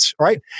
right